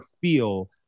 feel